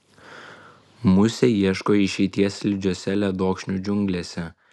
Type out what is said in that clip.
musė ieško išeities slidžiose ledokšnių džiunglėse